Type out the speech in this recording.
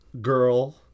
girl